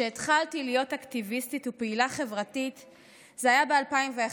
התחלתי להיות אקטיביסטית ופעילה חברתית ב-2011,